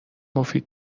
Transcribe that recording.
مفید